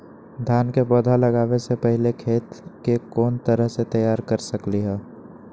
धान के पौधा लगाबे से पहिले खेत के कोन तरह से तैयार कर सकली ह?